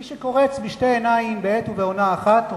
מי שקורץ בשתי עיניים בעת ובעונה אחת,